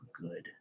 good